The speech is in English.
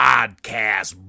Podcast